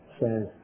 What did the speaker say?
says